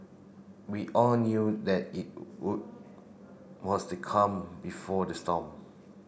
we all knew that it was the calm before the storm